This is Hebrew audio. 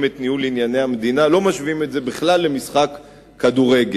את ניהול ענייני המדינה למשחק כדורגל.